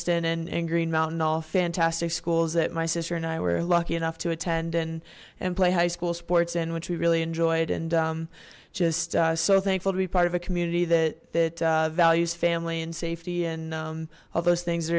dunstan and in green mountain all fantastic schools that my sister and i were lucky enough to attend and and play high school sports in which we really enjoyed and just so thankful to be part of a community that that values family and safety and all those things